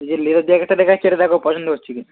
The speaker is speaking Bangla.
এই যে লেদার জ্যাকেটটা দেখাচ্ছি এটা দেখো পছন্দ হচ্ছে কিনা